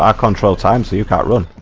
ah control times you can run